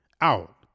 out